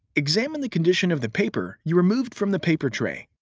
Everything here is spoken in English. examine the condition of the paper you removed from the paper tray.